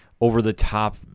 over-the-top